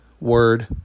word